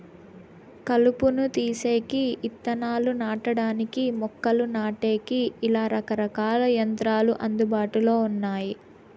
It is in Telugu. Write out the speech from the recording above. కలుపును తీసేకి, ఇత్తనాలు నాటడానికి, మొక్కలు నాటేకి, ఇలా రకరకాల యంత్రాలు అందుబాటులో ఉన్నాయి